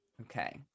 okay